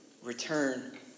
Return